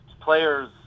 players